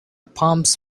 palms